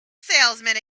salesman